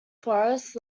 forest